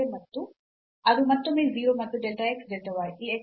ಅದು ಮತ್ತೊಮ್ಮೆ 0 ಮತ್ತು delta x delta y